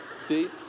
see